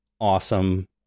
awesome